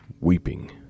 weeping